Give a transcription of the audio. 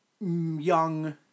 young